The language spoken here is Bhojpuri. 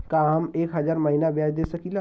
का हम एक हज़ार महीना ब्याज दे सकील?